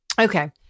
Okay